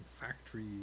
factory